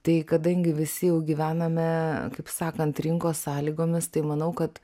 tai kadangi visi jau gyvename kaip sakant rinkos sąlygomis tai manau kad